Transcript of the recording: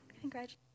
Congratulations